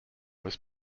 was